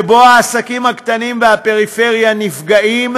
שבו העסקים הקטנים והפריפריה נפגעים,